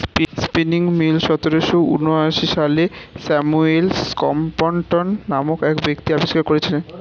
spinning mule সতেরোশো ঊনআশি সালে স্যামুয়েল ক্রম্পটন নামক এক ব্যক্তি আবিষ্কার করেছিলেন